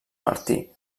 martí